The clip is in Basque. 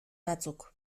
batzuk